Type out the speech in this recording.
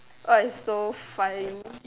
what is so fine